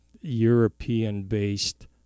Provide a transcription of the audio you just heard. European-based